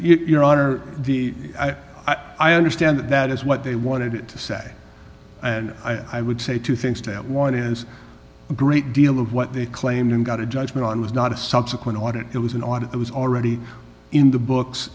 your honor the i understand that is what they wanted it to say and i would say two things that one is a great deal of what they claimed and got a judgment on was not a subsequent audit it was an audit was already in the books